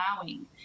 allowing